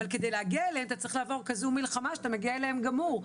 אבל כדי להגיע אליהם צריך לעבור כזו מלחמה שאתה מגיע אליהם גמור,